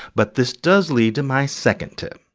but this does lead to my second tip